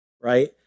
right